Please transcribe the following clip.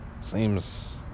Seems